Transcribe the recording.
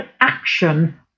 action